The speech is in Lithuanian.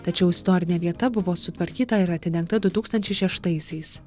tačiau istorinė vieta buvo sutvarkyta ir atidengta du tūkstančiai šeštaisiais